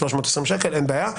320 ש"ח, אין בעיה.